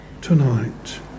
tonight